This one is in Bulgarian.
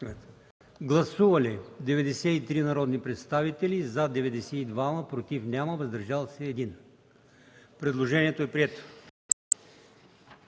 Гласували 143 народни представители: за 52, против 15, въздържали се 76. Предложението не е прието.